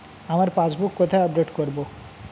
আমার পাসবুক কোথায় আপডেট করব?